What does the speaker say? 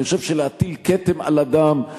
אני חושב שלהטיל כתם על אדם,